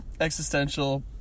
Existential